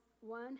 one